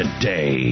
today